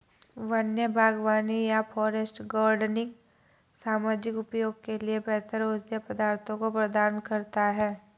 वन्य बागवानी या फॉरेस्ट गार्डनिंग सामाजिक उपयोग के लिए बेहतर औषधीय पदार्थों को प्रदान करता है